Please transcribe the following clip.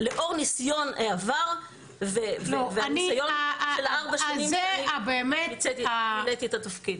לאור ניסיון העבר ובמשך ארבע השנים שמילאתי את התפקיד.